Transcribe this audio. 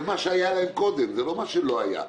במה שהיה להם קודם לא משהו שלא היה.